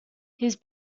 his